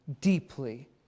deeply